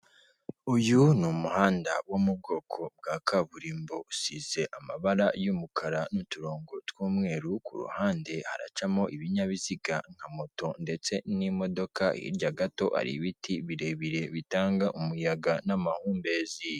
Uyu ni umuhanda wo mu bwoko bwa kaburimbo usize amabara y'umukara n'uturongo tw'umweru kuhande haracamo ibinyabiziga nka moto ndetse n'imodoka. Hirya gato ari ibiti birebire bitanga umuyaga n'amahumbezi.